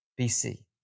BC